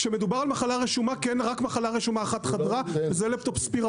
כשמדובר על מחלה רשומה כן רק מחלה רשומה אחת חדרה זה לפטופ ספירה,